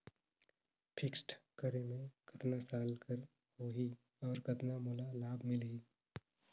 Fixed करे मे कतना साल कर हो ही और कतना मोला लाभ मिल ही?